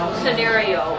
scenario